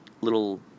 little